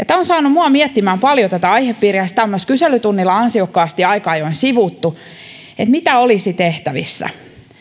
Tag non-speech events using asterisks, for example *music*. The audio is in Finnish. *unintelligible* tämä on saanut minut miettimään paljon tätä aihepiiriä sitä on myös kyselytunnilla ansiokkaasti aika ajoin sivuttu että mitä olisi tehtävissä